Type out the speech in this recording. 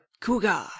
Cougar